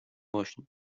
باشین